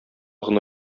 гына